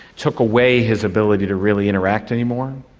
took away his ability to really interact anymore,